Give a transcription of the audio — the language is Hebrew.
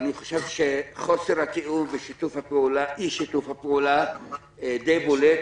אני חושב שחוסר התיאום ואי שיתוף הפעולה די בולט,